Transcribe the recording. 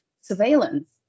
surveillance